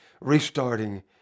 restarting